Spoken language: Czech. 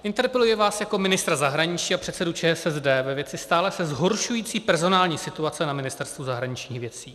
Interpeluji vás jako ministra zahraničí a předsedu ČSSD ve věci stále se zhoršující personální situace na Ministerstvu zahraničních věcí.